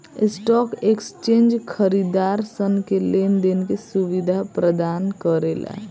stock exchange खरीदारसन के लेन देन के सुबिधा परदान करेला